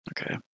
Okay